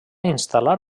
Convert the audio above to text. instal·lar